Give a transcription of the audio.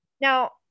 Now